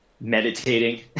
meditating